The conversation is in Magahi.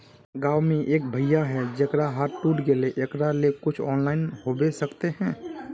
गाँव में एक भैया है जेकरा हाथ टूट गले एकरा ले कुछ ऑनलाइन होबे सकते है?